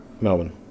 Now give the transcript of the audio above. Melbourne